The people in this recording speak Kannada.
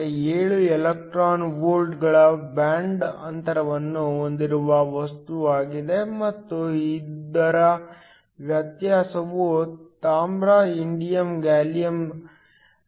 7 ಎಲೆಕ್ಟ್ರಾನ್ ವೋಲ್ಟ್ಗಳ ಬ್ಯಾಂಡ್ ಅಂತರವನ್ನು ಹೊಂದಿರುವ ವಸ್ತುವಾಗಿದೆ ಮತ್ತು ಇದರ ವ್ಯತ್ಯಾಸವು ತಾಮ್ರ ಇಂಡಿಯಂ ಗ್ಯಾಲಿಯಂ ಡಿಸೆನೈಡ್ ಆಗಿದೆ